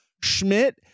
Schmidt